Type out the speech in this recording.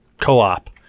co-op